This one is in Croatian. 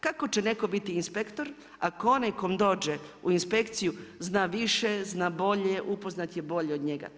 Kako će netko biti inspektor ako onaj kom dođe u inspekciju zna više, zna bolje, upoznat je bolje od njega.